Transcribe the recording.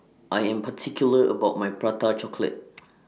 I Am particular about My Prata Chocolate